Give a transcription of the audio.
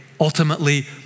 ultimately